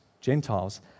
Gentiles